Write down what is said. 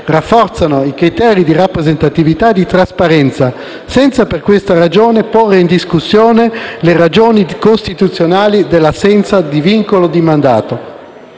rafforzano i criteri di rappresentatività e di trasparenza, senza per questa ragione porre in discussione le ragioni costituzionali dell'assenza di vincolo del mandato.